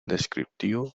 descriptivo